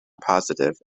positive